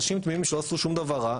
אנשים תמימים שלא עשו שום דבר רע,